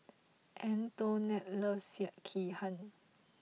Antionette loves Sekihan